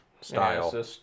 style